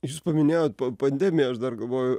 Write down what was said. jūs paminėjot pandemiją aš dar galvoju